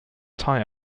tie